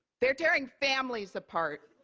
they're tearing families apart.